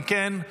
אם כן,